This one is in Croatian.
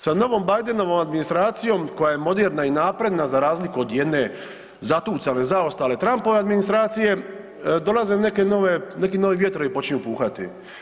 Sa novom Bidenovom administracijom koja je moderna i napredna za razliku od jedne zatucane, zaostale Trumpove administracije dolaze neke nove, neki novi vjetrovi počinju puhati.